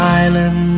island